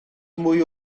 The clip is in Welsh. mwy